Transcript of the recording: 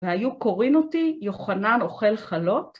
והיו קוראים אותי יוחנן אוכל חלות